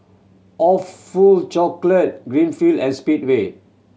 Awfully Chocolate Greenfield and Speedway